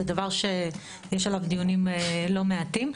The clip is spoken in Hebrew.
זה דבר שיש עליו דיונים לא מעטים.